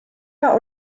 war